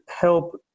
help